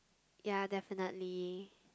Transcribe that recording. ya definitely